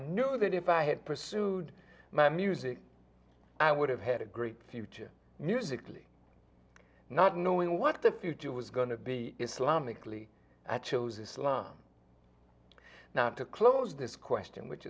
knew that if i had pursued my music i would have had a great future musically not knowing what the future was going to be islamic lee i chose islam not to close this question which